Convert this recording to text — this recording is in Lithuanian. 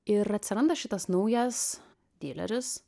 ir atsiranda šitas naujas dileris